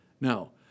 Now